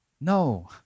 No